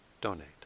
donate